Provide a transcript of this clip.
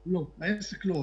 לא, העסק לא עובד.